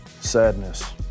Sadness